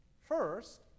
First